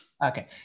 Okay